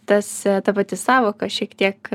tas ta pati sąvoka šiek tiek